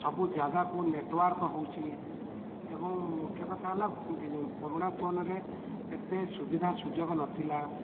ସବୁ ଜାଗାକୁ ନେଟୱାର୍କ ହେଉଛି ଏବଂ ମୁଖ୍ୟ କଥାହେଲା ପୁରୁଣା ଫୋନ୍ରେ ଏତେ ସୁବିଧା ସୁଯୋଗ ନଥିଲା